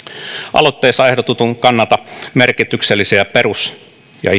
aloitteessa ehdotetun kannalta merkityksellisiä perus ja